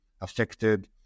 affected